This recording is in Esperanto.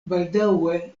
baldaŭe